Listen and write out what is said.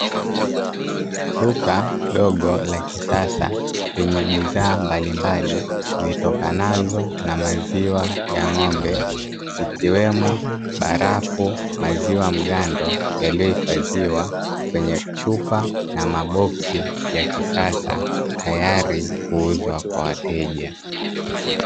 Duka dogo la kisasa lenye bidhaa mbalimbali zitokanazo na maziwa ya ng'ombe zikiwemo barafu , maziwa ya mgando yaliyohifadhiwa kwenye chupa na maboksi ya kisasa tayari kuuzwa kwa wateja.